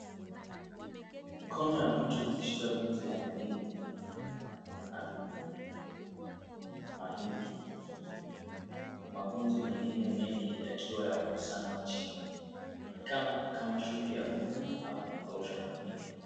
Mkono ya mtu ikishika gunzi la mahindi inaonekana kama anadondoa mahindi hiyo na magunzi mengine mengi yakiwa yamekusanywa chini. Inaonekana kama shughuli ya kuvuna au kukausha mahindi.